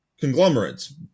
conglomerates